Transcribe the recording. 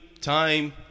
time